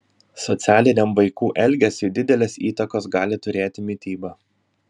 socialiniam vaikų elgesiui didelės įtakos gali turėti mityba